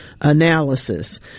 analysis